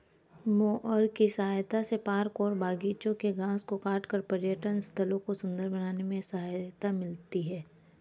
mower की सहायता से पार्क और बागिचों के घास को काटकर पर्यटन स्थलों को सुन्दर बनाने में सहायता मिलती है